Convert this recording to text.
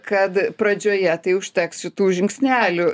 kad pradžioje tai užteks tų žingsnelių